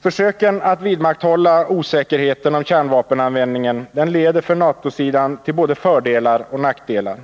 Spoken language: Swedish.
Försöken att vidmakthålla osäkerheten om kärnvapenanvändningen leder för NATO-sidan till både fördelar och nackdelar.